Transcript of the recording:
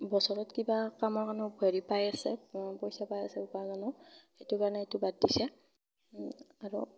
বছৰত কিবা কামৰ কাৰণে হেৰি পাই আছে পইচা পাই আছে উপাৰ্জনৰ সেইটো কাৰণে এইটো বাদ দিছে আৰু